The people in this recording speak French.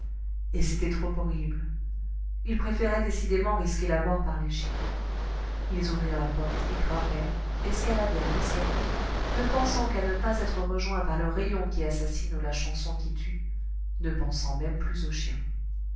et c'était trop horrible ils préféraient décidément risquer la mort par les chiens ils ouvrirent la porte et grimpèrent escaladèrent l'escalier ne pensant qu'à ne pas être rejoints par le rayon qui assassine ou la chanson qui tue ne pensant même plus aux chiens